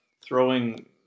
throwing